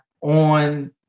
on